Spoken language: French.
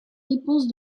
réponses